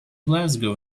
glasgow